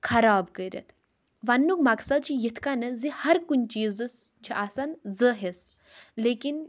خراب کٔرِتھ وَننُک مقصد چھُ یِتھ کٔنۍ زِ ہر کُنہِ چیزَس چھِ آسان زٕ حِصہٕ لیکن